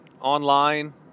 online